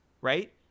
right